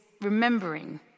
remembering